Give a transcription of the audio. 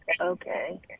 okay